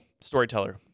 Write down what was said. Storyteller